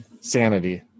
sanity